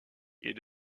est